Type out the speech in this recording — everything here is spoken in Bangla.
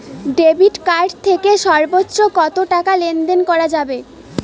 ডেবিট কার্ড থেকে সর্বোচ্চ কত টাকা লেনদেন করা যাবে?